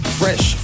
fresh